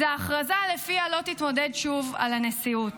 הוא ההכרזה שלפיה לא תתמודד שוב על הנשיאות.